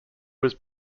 was